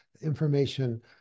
information